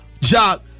jock